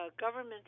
government